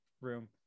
room